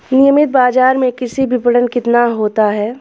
नियमित बाज़ार में कृषि विपणन कितना होता है?